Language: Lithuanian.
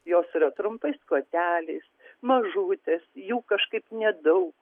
jos yra trumpais koteliais mažutės jų kažkaip nedaug